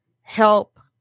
help